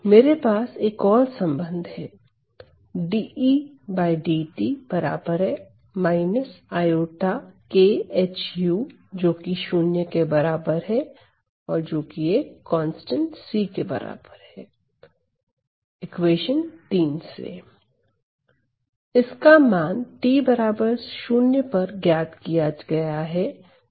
मेरे पास एक और संबंध है इक्वेशन 3 से इसका मान t0 पर ज्ञात किया गया है